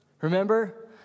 Remember